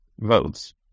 votes